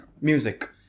Music